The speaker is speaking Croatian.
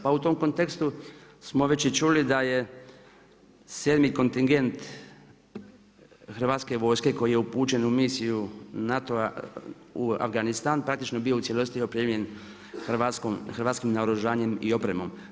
Pa u tom kontekstu smo već i čuli da je sedmi kontingent hrvatske vojske, koji je upućen u misiju NATO-a u Afganistan, praktično bio u cijelosti opremljen hrvatskim naoružanjem i opremom.